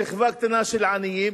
שכבה קטנה של עניים,